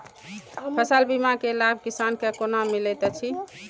फसल बीमा के लाभ किसान के कोना मिलेत अछि?